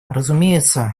разумеется